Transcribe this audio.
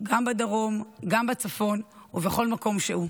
גם בדרום, גם בצפון ובכל מקום שהוא.